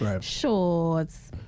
Shorts